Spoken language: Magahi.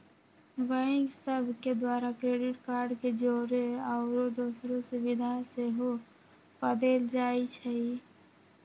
बैंक सभ के द्वारा क्रेडिट कार्ड के जौरे आउरो दोसरो सुभिधा सेहो पदेल जाइ छइ